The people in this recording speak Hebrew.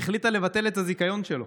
החליטה לבטל את הזיכיון שלו.